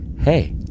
hey